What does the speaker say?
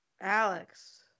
Alex